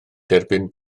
derbyn